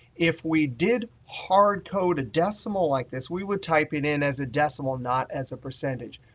if we did hardcode a decimal like this, we would type it in as a decimal, not as a percentage.